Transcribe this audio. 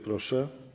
Proszę.